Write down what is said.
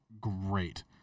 great